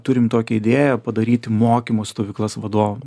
turim tokią idėją padaryti mokymų stovyklas vadovam